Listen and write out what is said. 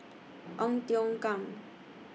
Ong Tiong Khiam